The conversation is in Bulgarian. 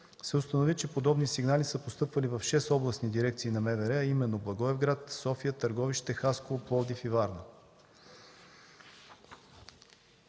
се установи, че подобни сигнали са постъпвали в шест областни дирекции на МВР, а именно Благоевград, София, Търговище, Хасково, Пловдив и Варна.